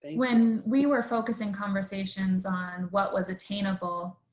and when we were focusing conversations on what was attainable?